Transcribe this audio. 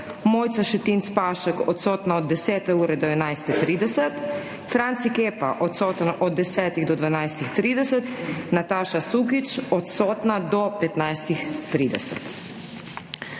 Mojca Šetinc Pašek odsotna od 10. ure do 11.30, Franci Kepa odsoten od 10. do 12.30, Nataša Sukič odsotna do 15.30.